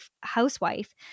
housewife